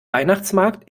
weihnachtsmarkt